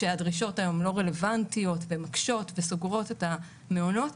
שהדרישות היום לא רלוונטיות ומקשות וסוגרות את המעונות.